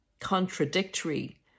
contradictory